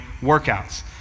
workouts